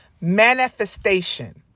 manifestation